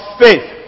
faith